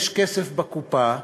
יש כסף בקופה,